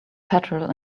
petrol